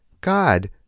God